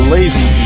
Lazy